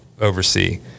oversee